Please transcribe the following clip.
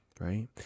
right